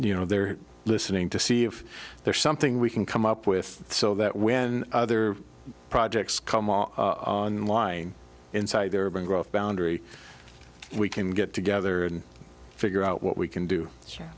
you know they're listening to see if there's something we can come up with so that when other projects come on line inside their brain growth boundary we can get together and figure out what we can do